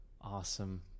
Awesome